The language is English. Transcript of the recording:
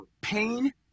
pain